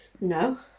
No